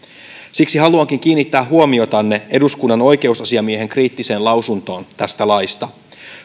siksi haluankin kiinnittää huomiotanne eduskunnan oikeusasiamiehen kriittiseen lausuntoon tästä laista